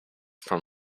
from